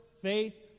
faith